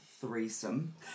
threesome